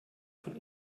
von